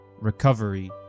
recovery